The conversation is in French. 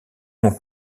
mon